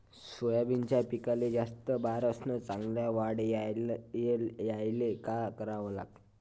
सोयाबीनच्या पिकाले जास्त बार अस चांगल्या वाढ यायले का कराव?